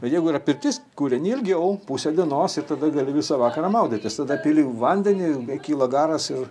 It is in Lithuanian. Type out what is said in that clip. bet jeigu yra pirtis kūreni ilgiau pusę dienos ir tada gali visą vakarą maudytis tada pili vandenį bet kyla garas ir